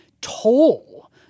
toll